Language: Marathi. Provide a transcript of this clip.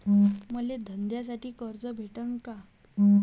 मले धंद्यासाठी कर्ज भेटन का?